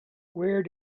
where